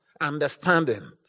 understanding